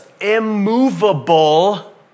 immovable